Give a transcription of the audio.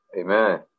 Amen